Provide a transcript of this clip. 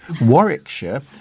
Warwickshire